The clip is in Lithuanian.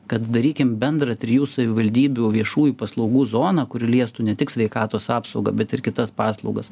kad darykim bendrą trijų savivaldybių viešųjų paslaugų zoną kuri liestų ne tik sveikatos apsaugą bet ir kitas paslaugas